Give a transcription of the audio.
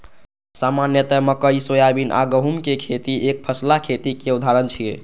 सामान्यतः मकइ, सोयाबीन आ गहूमक खेती एकफसला खेतीक उदाहरण छियै